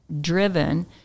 driven